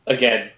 Again